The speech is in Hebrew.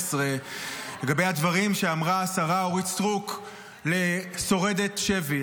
לגבי הדברים שאמרה השרה אורית סטרוק לשורדת שבי.